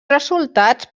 resultats